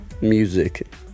music